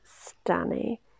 Stanny